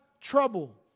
trouble